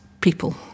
people